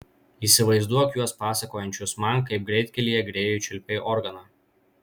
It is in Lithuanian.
įsivaizduok juos pasakojančius man kaip greitkelyje grėjui čiulpei organą